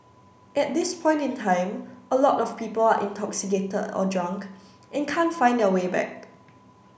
at this point in time a lot of people are intoxicated or drunk and can't find their way back